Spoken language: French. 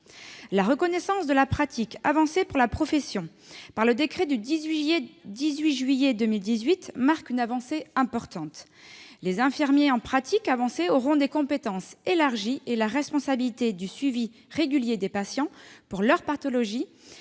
La reconnaissance de la pratique avancée pour la profession par le décret du 18 juillet 2018 marque une avancée importante. Les infirmières en pratique avancée auront des compétences élargies et la responsabilité du suivi régulier des patients pour leurs pathologies